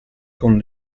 con